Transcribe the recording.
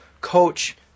coach